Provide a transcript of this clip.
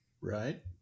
right